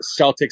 Celtics